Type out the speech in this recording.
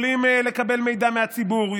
יכולים לקבל מידע מהציבור,